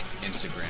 Instagram